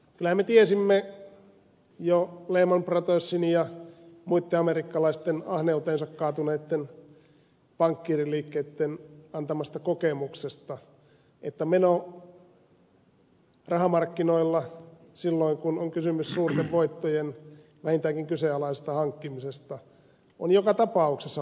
kyllähän me tiesimme jo lehman brothersin ja muitten amerikkalaisten ahneuteensa kaatuneitten pankkiiriliikkeitten antamasta kokemuksesta että meno rahamarkkinoilla silloin kun on kysymys suurten voittojen vähintäänkin kyseenalaisesta hankkimisesta on joka tapauksessa hulvatonta